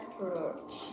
approach